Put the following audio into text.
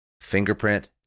fingerprint